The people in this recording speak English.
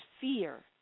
fear